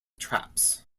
traps